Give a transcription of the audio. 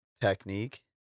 technique